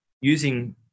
using